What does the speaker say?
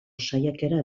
saiakera